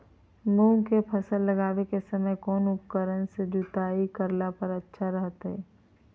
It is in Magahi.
मूंग के फसल लगावे के समय कौन उपकरण से जुताई करला पर अच्छा रहतय?